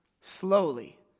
slowly